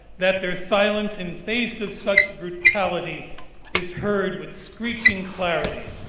that their silence, in face of such brutality is heard with screeching clarity.